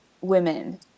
women